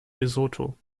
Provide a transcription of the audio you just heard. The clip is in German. lesotho